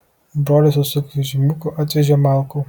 brolis su sunkvežimiuku atvežė malkų